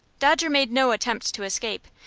dodger made no attempt to escape,